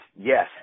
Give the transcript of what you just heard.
yes